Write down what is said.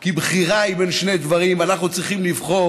כי בחירה היא בין שני דברים, ואנחנו צריכים לבחור